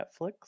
Netflix